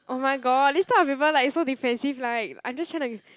oh my god this type of people like so defensive like I'm just trying to